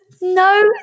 no